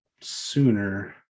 sooner